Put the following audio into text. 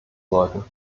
sollten